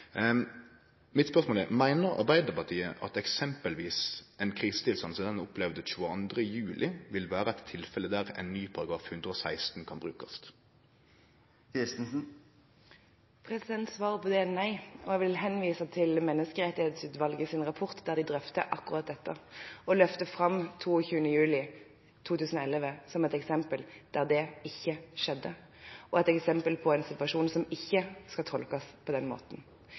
Mitt spørsmål er: Meiner Arbeidarpartiet at eksempelvis ein krisetilstand som den ein opplevde 22. juli, vil vere eit tilfelle der ein ny § 116 kan brukast? Svaret på det er nei, og jeg vil henvise til Menneskerettighetsutvalgets rapport, der de drøfter akkurat dette. Å løfte fram 22. juli 2011 som et eksempel der det ikke skjedde, er et eksempel på en situasjon som ikke skal tolkes på den måten.